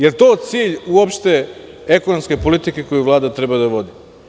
Da li je to cilj uopšte ekonomske politike koju Vlada treba da vodi?